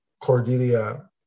Cordelia